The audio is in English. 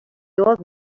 old